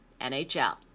NHL